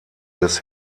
des